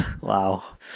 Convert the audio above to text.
Wow